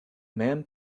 man